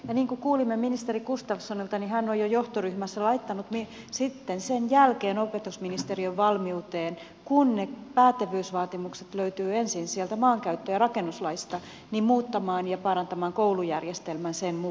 niin kuin kuulimme ministeri gustafssonilta hän on jo johtoryhmässä laittanut sitten sen jälkeen opetusministeriön valmiuteen kun ne pätevyysvaatimukset löytyvät ensin sieltä maankäyttö ja rakennuslaista muuttamaan ja parantamaan koulujärjestelmän sen mukaiseksi